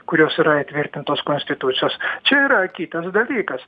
kurios yra įtvirtintos konstitucijos čia yra kitas dalykas